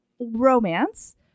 romance